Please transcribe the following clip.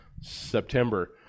September